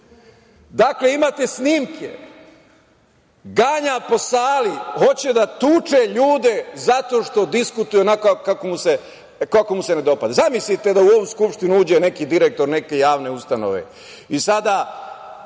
Dakle, imate snimke, ganja po sali, hoće da tuče ljude zato što diskutuje onako kako mu se ne dopada. Zamislite da u ovu Skupštinu uđe neki direktor, neke javne ustanove